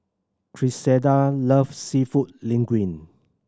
Griselda loves Seafood Linguine